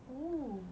oo